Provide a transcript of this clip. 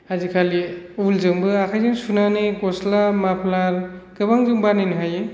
आजिखालि उल जोंबो आखाइजों सुनानै गस्ला माफ्लार गोबां जों बानायनो हायो